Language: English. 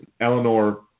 Eleanor